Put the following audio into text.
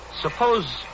suppose